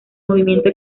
movimiento